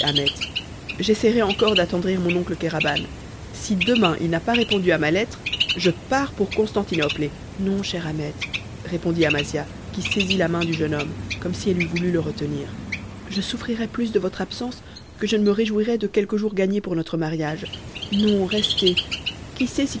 j'essayerai encore d'attendrir mon oncle kéraban si demain il n'a pas répondu à ma lettre je pars pour constantinople et non cher ahmet répondit amasia qui saisit la main du jeune homme comme si elle eût voulu le retenir je souffrirais plus de votre absence que je ne me réjouirais de quelques jours gagnés pour notre mariage non restez qui sait